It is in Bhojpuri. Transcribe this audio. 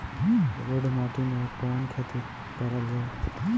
जलोढ़ माटी में कवन खेती करल जाई?